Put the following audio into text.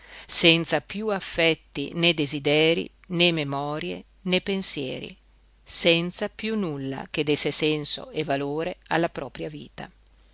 senza piú affetti né desiderii né memorie né pensieri senza piú nulla che desse senso e valore alla propria vita